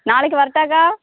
நாளைக்கு வரட்டாக்கா